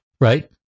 Right